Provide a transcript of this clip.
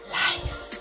life